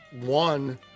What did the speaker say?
one